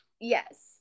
Yes